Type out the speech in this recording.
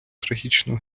трагічно